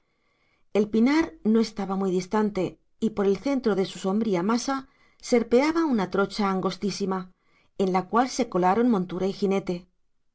el pinar no estaba muy distante y por el centro de su sombría masa serpeaba una trocha angostísima en la cual se colaron montura y jinete